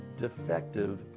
defective